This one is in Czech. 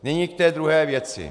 Nyní k té druhé věci.